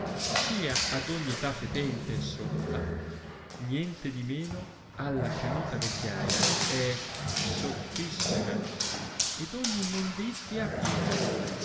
sia ad ogni età fetente e sozza nientedimeno alla canuta vecchiaia è sozzissima e d ogni immondizia piena